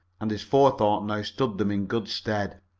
and his forethought now stood them in good stead.